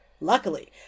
luckily